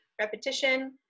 repetition